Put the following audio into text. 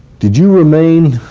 did you remain,